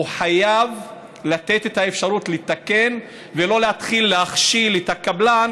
שהוא חייב לתת את האפשרות לתקן ולא להתחיל להכשיל את הקבלן